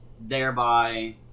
thereby